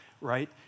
right